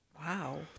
Wow